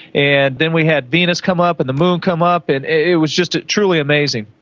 and then we had venus come up and the moon come up. and it was just truly amazing.